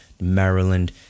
Maryland